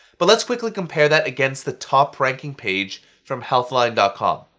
but let's quickly compare that against the top ranking page from healthline and com.